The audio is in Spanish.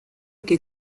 que